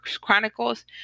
chronicles